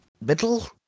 middle